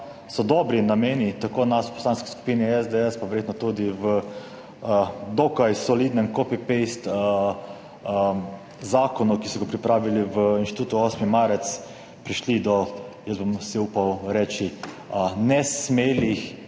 so dobri nameni tako nas v Poslanski skupini SDS pa verjetno tudi v dokaj solidnem copy-paste zakonu, ki so ga pripravili v Inštitutu 8. marec, prišli do, jaz bom si upal reči, nesmelih